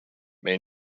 may